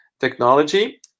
technology